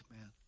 man